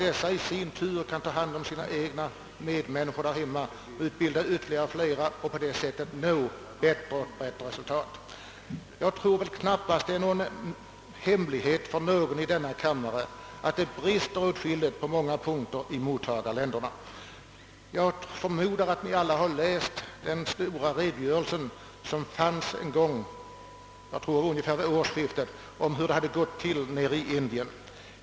Dessa utbildade människor kan då i sin tur ta hand om sina egna medmänniskor och utbilda andra. På det sättet kan bättre och bättre resultat nås. Det är väl knappast någon hemlighet i denna kammare att det brister på åtskilliga punkter i mottagarländerna. Jag förmodar att alla har läst redogörelsen — ungefär vid årsskiftet — för hur det hade gått till i Indien.